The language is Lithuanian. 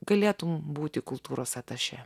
galėtum būti kultūros atašė